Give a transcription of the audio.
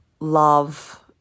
love